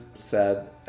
sad